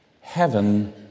Heaven